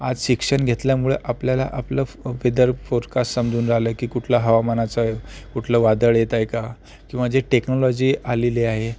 आज शिक्षण घेतल्यामुळं आपल्याला आपलं वेदर फोरकास्ट समजून राहिलं की कुठल्या हवामानाचं कुठलं वादळ येत आहे का किंवा जी टेक्नॉलॉजी आलेली आहे